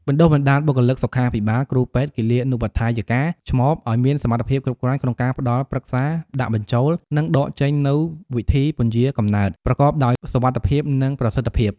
បណ្ដុះបណ្ដាលបុគ្គលិកសុខាភិបាល គ្រូពេទ្យ គិលានុបដ្ឋាយិកា ឆ្មប ឱ្យមានសមត្ថភាពគ្រប់គ្រាន់ក្នុងការផ្ដល់ប្រឹក្សា ដាក់បញ្ចូល និងដកចេញនូវវិធីពន្យារកំណើតប្រកបដោយសុវត្ថិភាព និងប្រសិទ្ធភាព ។